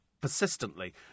persistently